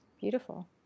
Beautiful